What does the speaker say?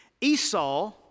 Esau